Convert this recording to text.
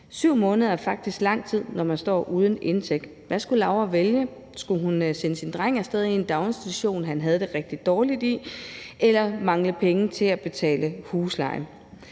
7 måneder er faktisk lang tid, når man står uden indtægt. Hvad skulle Laura vælge? Skulle hun sende sin dreng af sted til en daginstitution, han havde det rigtig dårligt i, eller mangle penge til at betale husleje